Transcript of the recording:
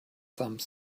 some